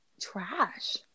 trash